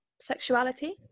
sexuality